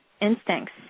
instincts